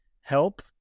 help